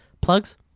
plugs